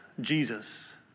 Jesus